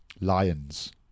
Lions